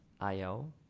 IO